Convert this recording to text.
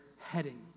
heading